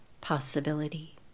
possibility